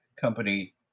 company